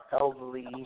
elderly